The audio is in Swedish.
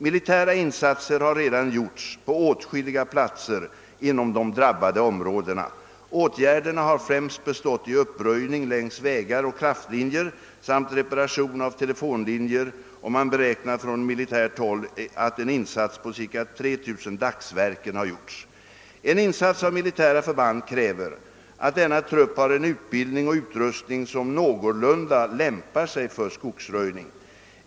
Militära insatser har redan gjorts på åtskilliga platser inom de drabbade områdena. Åtgärderna har främst bestått i uppröjning längs vägar och kraftlinjer samt reparation av telefonlinjer, och man beräknar från militärt håll att en insats på ca 3000 dagsverken . har gjorts. En insats av militära förband kräver att denna trupp har en utbildning och utrustning som någorlunda lämpar sig för skogsröjning.